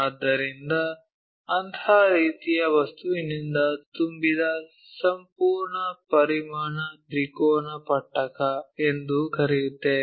ಆದ್ದರಿಂದ ಅಂತಹ ರೀತಿಯ ವಸ್ತುವಿನಿಂದ ತುಂಬಿದ ಸಂಪೂರ್ಣ ಪರಿಮಾಣ ತ್ರಿಕೋನ ಪಟ್ಟಕ ಎಂದು ಕರೆಯುತ್ತೇವೆ